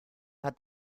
hat